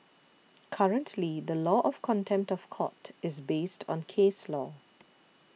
currently the law of contempt of court is based on case law